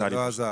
זה לא עזר.